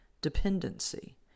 dependency